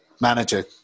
manager